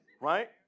Right